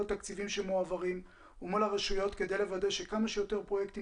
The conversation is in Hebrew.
התקציבים שמועברים ומול הרשויות כדי לוודא שכמה שיותר פרויקטים